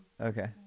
Okay